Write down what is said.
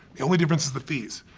the only difference is the fees.